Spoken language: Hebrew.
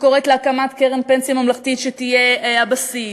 שקוראת להקמת קרן פנסיה ממלכתית שתהיה הבסיס,